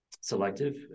selective